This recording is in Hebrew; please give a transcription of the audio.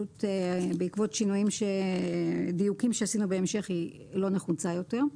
בעקבות דיוקים שעשינו בהמשך היא לא נחוצה עוד.